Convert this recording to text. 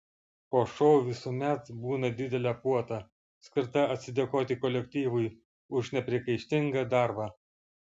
po šou visuomet būna didelė puota skirta atsidėkoti kolektyvui už nepriekaištingą darbą